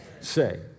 say